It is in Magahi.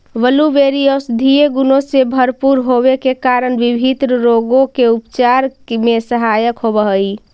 ब्लूबेरी औषधीय गुणों से भरपूर होवे के कारण विभिन्न रोगों के उपचार में सहायक होव हई